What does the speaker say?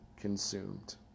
consumed